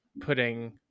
putting